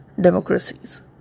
democracies